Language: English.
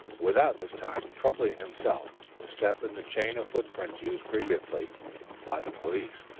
without this time troubling himself to step in the chain of footprints used previously by the police.